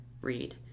read